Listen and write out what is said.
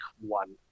one